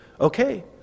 Okay